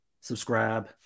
subscribe